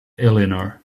eleanor